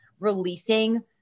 releasing